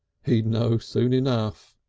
he'd know soon enough!